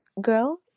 girl